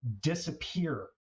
disappear